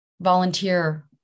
volunteer